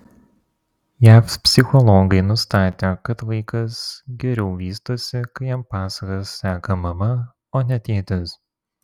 jav psichologai nustatė kad vaikas geriau vystosi kai jam pasakas seka mama o ne tėtis